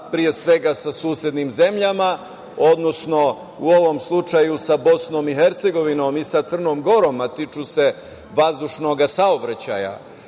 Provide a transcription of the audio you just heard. pre svega sa susednim zemljama, odnosno u ovom slučaju sa Bosnom i Hercegovinom i sa Crnom Gorom, a tiču se vazdušnog saobraćaja.